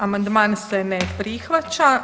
Amandman se ne prihvaća.